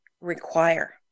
require